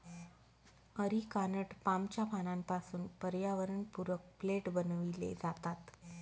areca nut पामच्या पानांपासून पर्यावरणपूरक प्लेट बनविले जातात